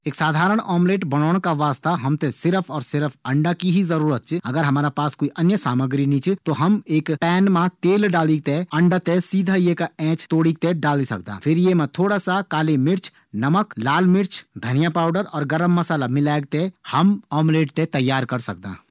एक साधारण ऑमलेट बणोण का वास्ता हम थें सिर्फ और सिर्फ एक अंडा की ही आवश्यकता च। अगर हमारा पास अन्य सामग्री नी च त हम पैन मा तेल डालिक अंडा थें सीधा यिका ऐंच तोड़ीक डाली सकदा फिर यी मा थोड़ी सी काली मिर्च, नमक, मिर्च, धनिया पाउडर और गर्म मसाला मिलेक थें हम ओमलेट थें तैयार करी सकदां।